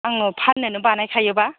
आङो फाननोनो बानायखायोबा